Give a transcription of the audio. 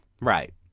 right